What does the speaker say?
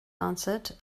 answered